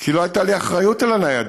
כי לא הייתה לי אחריות לניידות,